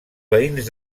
veïns